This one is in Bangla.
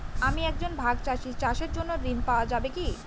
আমি একজন ভাগ চাষি চাষের জন্য ঋণ পাওয়া যাবে কি?